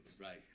Right